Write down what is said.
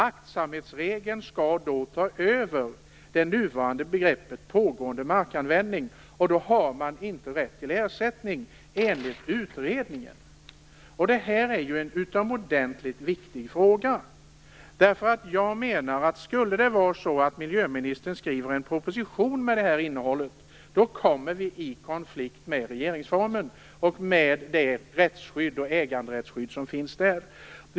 Aktsamhetsregeln skall då ta över det nuvarande begreppet pågående markanvändning, och då har man inte rätt till ersättning, enligt utredningen. Detta är ju en utomordentligt viktig fråga, därför att om miljöministern skriver en proposition med detta innehåll, kommer den att stå i konflikt med rättsskyddet och äganderättsskyddet i regeringsformen.